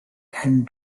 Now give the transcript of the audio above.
and